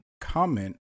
comment